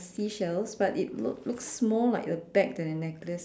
seashells but it look looks more like a bag than a necklace